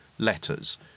letters